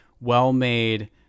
well-made